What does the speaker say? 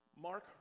mark